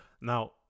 now